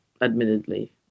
admittedly